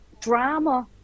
drama